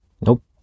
Nope